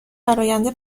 درآینده